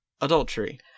adultery